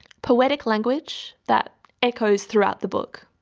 poetic language that echoes throughout the book.